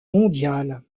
mondial